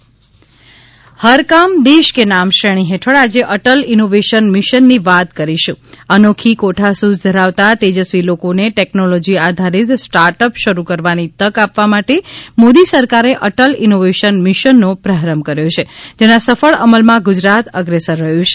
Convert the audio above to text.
audio capsule હર કામ દેશ કે નામ અટલ ઇનોવેશન મિશન અનોખી કોઠાસૂઝ ધરાવતા તેજસ્વી લોકો ને ટેક્નોલોજી આધારિત સ્ટાર્ટ અપ શરૂ કરવાની તક આપવા માટે મોદી સરકારે અટલ ઇનોવેશન મિશન નો પ્રારંભ કર્યો છે જેના સફળ અમલ માં ગુજરાત અગ્રેસર રહ્યું છે